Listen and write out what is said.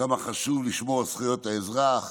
כמה חשוב לשמור על זכויות האזרח.